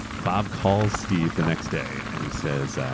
bob called steve the next day and he says,